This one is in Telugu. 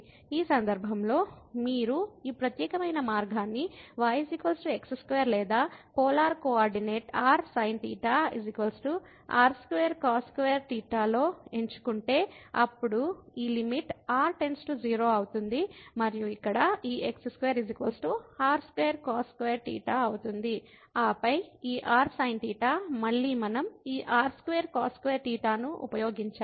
ఈ సందర్భంలో మీరు ఈ ప్రత్యేకమైన మార్గాన్ని y x2 లేదా polar coordinate r sinθ r2cos2θ లో ఎంచుకుంటే అప్పుడు ఈ లిమిట్ r → 0 అవుతుంది మరియు ఇక్కడ ఈ x2 r2cos2θ అవుతుంది ఆపై ఈ rsinθ మళ్ళీ మనం ఈ r2cos2θ ను ఉపయోగించాము